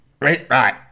right